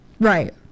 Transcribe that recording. Right